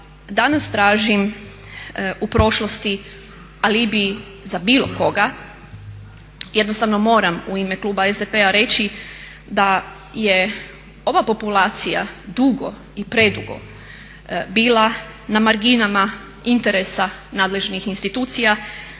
danas tražim u prošlosti alibi za bilo koga. Jednostavno moram u ime kluba SDP-a reći da je ova populacija dugo i predugo bila na marginama interesa nadležnih institucija,